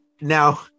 now